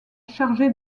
chargé